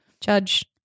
Judge